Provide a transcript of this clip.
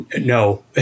No